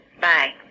bye